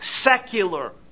secular